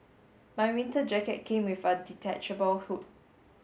my winter jacket came with a detachable hood